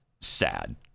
sad